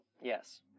Yes